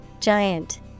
Giant